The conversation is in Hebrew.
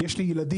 יש לי ילדים,